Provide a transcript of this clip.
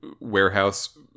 warehouse